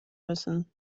müssen